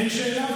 אין שאלה.